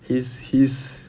his his